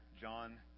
John